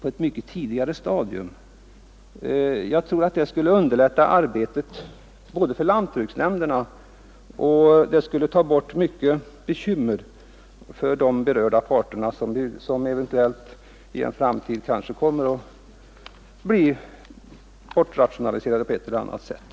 Det tror jag skulle underlätta arbetet för nämnderna och ta bort mycket bekymmer för dem som i framtiden kanske kommer att bli bortrationaliserade på ett eller annat sätt.